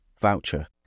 voucher